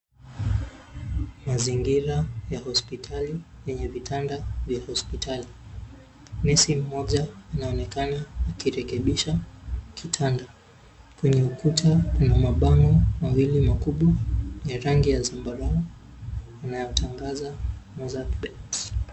Mazingira ya hospitali yenye vitanda vya hospitali. Nesi mmoja anaonekana akirekebisha kitanda kwenye ukuta na mabango mawili makubwa ya rangi ya zambarau unayotangaza mozzart bet .